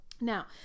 Now